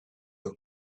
your